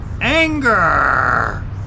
anger